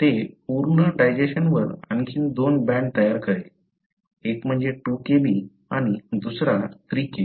ते पूर्ण डायजेशनवर आणखी दोन बँड तयार करेल एक म्हणजे 2 Kb आणि दुसरा 3 Kb